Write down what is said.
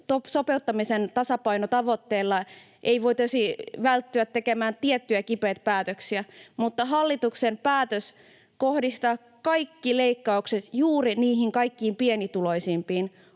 sopeuttamisen tasapainotavoitteilla voitaisiin välttyä tekemästä tiettyjä kipeitä päätöksiä, mutta hallituksen päätös kohdistaa kaikki leikkaukset juuri niihin kaikkein pienituloisimpiin